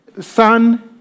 son